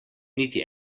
niti